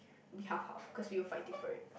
we half half cause we were fighting for it